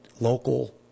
local